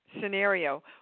scenario